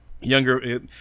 Younger